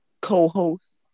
co-host